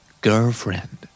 Girlfriend